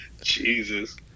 Jesus